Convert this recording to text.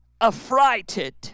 affrighted